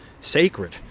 sacred